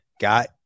got